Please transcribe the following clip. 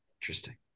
Interesting